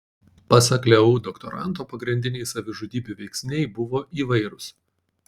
pasak leu doktoranto pagrindiniai savižudybių veiksniai buvo įvairūs